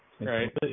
Right